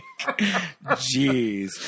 jeez